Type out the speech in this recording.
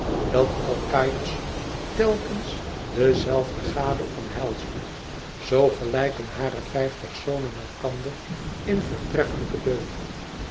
dat alkaïos telkens de zelfde gade omhelsde zoo gelijken hare vijftig zonen elkander in voortreffelijke deugd